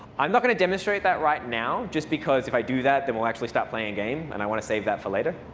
i'm not going to demonstrate that right now, just because if i do that, then we'll actually stop playing game. and i want to save that for later.